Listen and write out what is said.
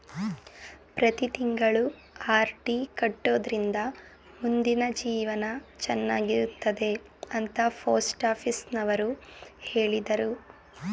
ಪ್ರತಿ ತಿಂಗಳು ಆರ್.ಡಿ ಕಟ್ಟೊಡ್ರಿಂದ ಮುಂದಿನ ಜೀವನ ಚನ್ನಾಗಿರುತ್ತೆ ಅಂತ ಪೋಸ್ಟಾಫೀಸುನವ್ರು ಹೇಳಿದ್ರು